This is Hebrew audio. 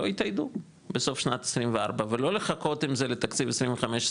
לא יתאיידו בסוף שנת 24 ולא לחכות עם זה לתקציב 25-26,